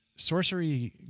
sorcery